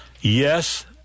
Yes